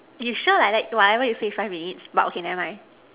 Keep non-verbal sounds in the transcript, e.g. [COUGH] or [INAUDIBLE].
[NOISE] you sure like that whatever you say five minutes but okay never mind